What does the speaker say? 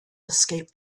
escape